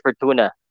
Fortuna